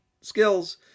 skills